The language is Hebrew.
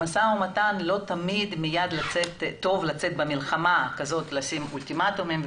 במשא ומתן לא תמיד מיד טוב לצאת במלחמה ולשים אולטימטומים.